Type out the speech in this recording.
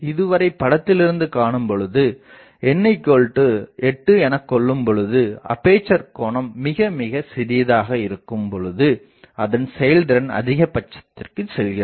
இதுவரை படத்திலிருந்து காணும்பொழுது n8 எனக் கொள்ளும்பொழுது அப்பேசர் கோணம்மிக மிக சிறிதாக இருக்கும் பொழுதே அதன் செயல்திறன் அதிகபட்சத்திற்கு செல்கிறது